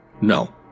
No